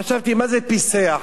חשבתי, מה זה פיסח?